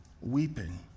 weeping